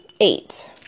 eight